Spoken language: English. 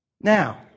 Now